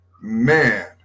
man